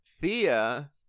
Thea